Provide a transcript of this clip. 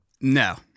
No